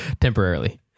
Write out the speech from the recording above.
temporarily